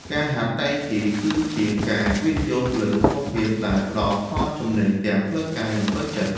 ការហាត់តៃជីគឺជាការវិនិយោគលើសុខភាពដែលផ្ដល់ផលចំណេញទាំងផ្លូវកាយ និងផ្លូវចិត្ត។